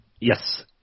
Yes